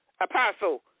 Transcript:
Apostle